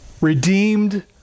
redeemed